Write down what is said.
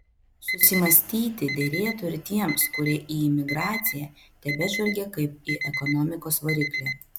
susimąstyti derėtų ir tiems kurie į imigraciją tebežvelgia kaip į ekonomikos variklį